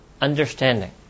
Understanding